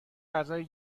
غذای